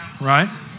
right